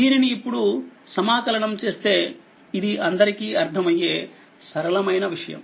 దీనిని ఇప్పుడు సమాకలనం చేస్తే ఇది అందరికీ అర్థమయ్యే సరళమైన విషయం